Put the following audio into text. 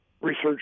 research